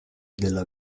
della